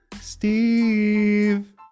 Steve